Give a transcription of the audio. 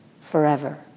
forever